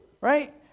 Right